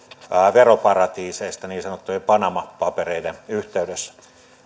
veroparatiiseista niin sanottujen panaman papereiden yhteydessä